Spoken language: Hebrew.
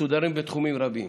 מסודרים בתחומים רבים.